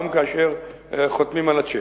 גם כאשר חותמים על הצ'ק.